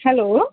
hello